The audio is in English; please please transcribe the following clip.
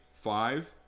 five